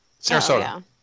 Sarasota